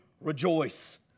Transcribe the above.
rejoice